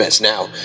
Now